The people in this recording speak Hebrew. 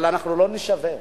אבל אנחנו לא נישבר,